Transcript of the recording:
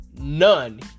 None